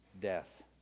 death